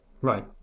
right